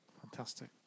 Fantastic